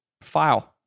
File